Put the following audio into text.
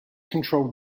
controlled